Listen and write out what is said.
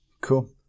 Cool